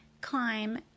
climb